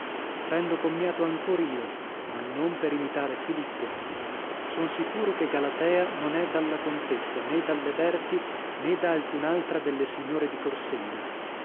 prendo commiato ancor io ma non per imitare filippo son sicuro che galatea non è dalla contessa nè dalle berti nè da alcun'altra delle signore di corsenna